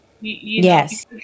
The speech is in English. Yes